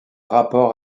rapport